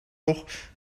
toch